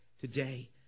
today